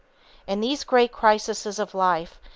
in these great crises of life,